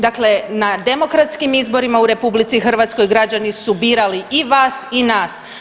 Dakle, na demokratskim izborima u RH građani su birali i vas i nas.